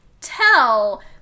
tell